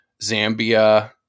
Zambia